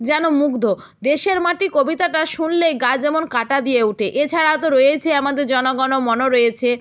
যেন মুগ্ধ দেশের মাটি কবিতাটা শুনলে গা যেমন কাঁটা দিয়ে ওঠে এছাড়াও তো রয়েছে আমাদের জনগণমন রয়েছে